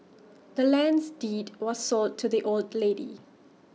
the land's deed was sold to the old lady